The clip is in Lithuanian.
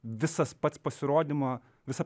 visas pats pasirodymo visa